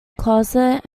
closet